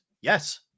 Yes